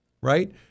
right